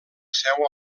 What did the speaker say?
seu